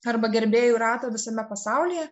arba gerbėjų ratą visame pasaulyje